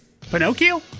Pinocchio